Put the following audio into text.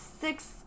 six